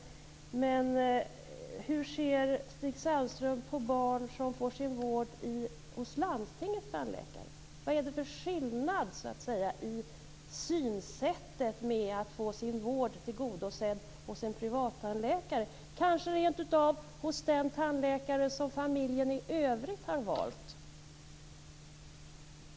Men hur ser Stig Sandström på barn som får sin vård hos landstingets tandläkare? Vad är det för skillnad i synsättet när det gäller att få sin vård tillgodosedd hos en privattandläkare, kanske rent av hos den tandläkare som familjen i övrigt har valt?